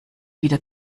wieder